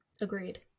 Agreed